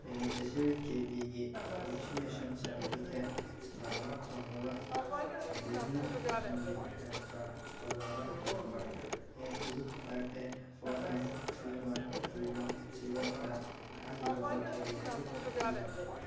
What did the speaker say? beneficiary ꯀꯦꯕꯤꯒꯤ vaccination certificate download ꯇꯧꯅꯕ ꯆꯥꯟꯕꯤꯗꯨꯅ ꯑꯗꯣꯝꯒꯤ ꯔꯦꯁꯇꯔ ꯇꯧꯔꯕ number eight two five eight four nine three one two one zero ꯗ ꯊꯥꯈꯤꯕ ꯑꯣ ꯇꯤ ꯄꯤ ꯑꯗꯨ ꯍꯥꯞꯄꯤꯎ